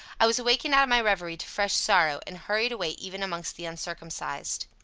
i was wakened out of my reverie to fresh sorrow, and hurried away even amongst the uncircumcised.